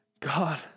God